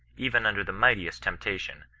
even under the migntiest temptation,